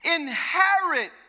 inherit